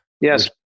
yes